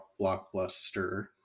blockbuster